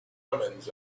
omens